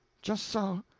just so.